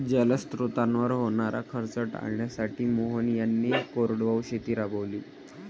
जलस्रोतांवर होणारा खर्च टाळण्यासाठी मोहन यांनी कोरडवाहू शेती राबवली